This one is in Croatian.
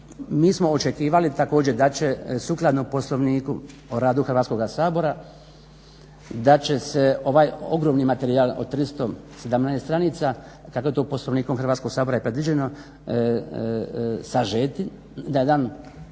mi smo očekivali da će sukladno Poslovniku o radu Hrvatskoga sabora da će se ovaj ogroman materijal od 317 stranica kako je to Poslovnikom Hrvatskog sabora i predviđeno sažeti na jedan